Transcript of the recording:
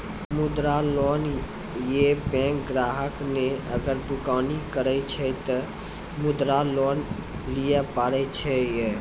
मुद्रा लोन ये बैंक ग्राहक ने अगर दुकानी करे छै ते मुद्रा लोन लिए पारे छेयै?